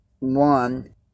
one